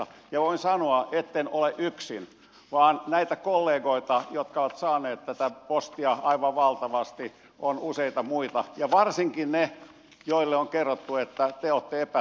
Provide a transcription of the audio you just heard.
ja voin sanoa etten ole yksin vaan näitä kollegoita jotka ovat saaneet tätä postia aivan valtavasti on useita muita ja varsinkin ovat saaneet ne joille on kerrottu että te olette epätietoisia